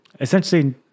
essentially